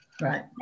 Right